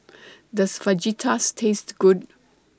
Does Fajitas Taste Good